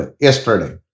yesterday